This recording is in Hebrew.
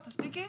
את תספיקי?